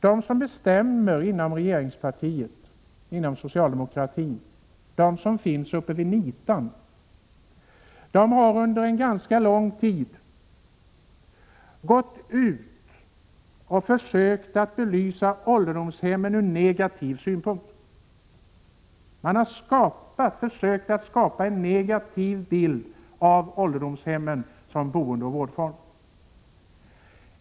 De som bestämmer inom regeringspartiet, inom socialdemokratin — alltså de som finns så att säga uppe vid ”nitan” — har under ganska lång tid försökt att belysa ålderdomshemmen ur en negativ synvinkel. Man har försökt att skapa en negativ bild av ålderdomshemmen som boendeoch vårdform.